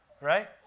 Right